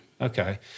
Okay